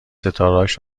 ستارههاش